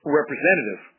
representative